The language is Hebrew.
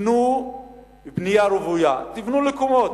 תבנו בנייה רוויה, תבנו בקומות.